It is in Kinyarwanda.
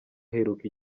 aheruka